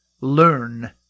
learn